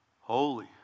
Holy